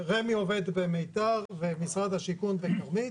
רמ"י עובד במיתר ומשרד השיכון בכרמית.